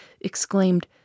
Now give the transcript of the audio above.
exclaimed